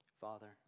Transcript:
Father